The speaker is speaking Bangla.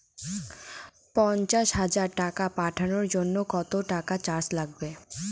পণ্চাশ হাজার টাকা পাঠানোর জন্য কত টাকা চার্জ লাগবে?